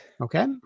Okay